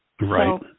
Right